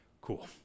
cool